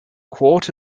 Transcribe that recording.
quart